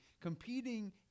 competing